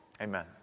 Amen